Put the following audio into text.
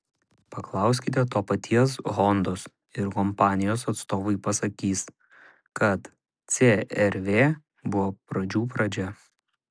paklauskite to paties hondos ir kompanijos atstovai pasakys kad cr v buvo pradžių pradžia